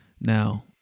now